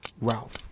Ralph